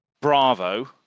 Bravo